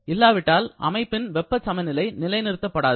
இல்லாவிட்டால் அமைப்பின் வெப்பச் சமநிலை நிலைநிறுத்தபடாது